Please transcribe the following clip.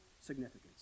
significance